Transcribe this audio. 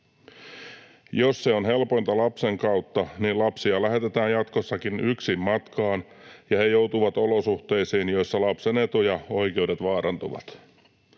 Jos se on helpointa lapsen kautta, niin lapsia lähetetään jatkossakin yksin matkaan ja he joutuvat olosuhteisiin, joissa lapsen etu ja oikeudet vaarantuvat.